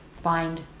find